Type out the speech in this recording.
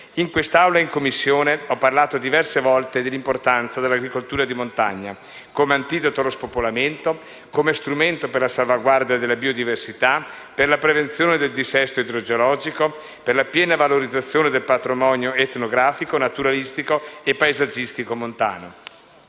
In quest'Aula e in Commissione ho parlato diverse volte dell'importanza dell'agricoltura di montagna come antidoto allo spopolamento, come strumento per la salvaguardia della biodiversità, per la prevenzione del dissesto idrogeologico, per la piena valorizzazione del patrimonio etnografico, naturalistico e paesaggistico montano.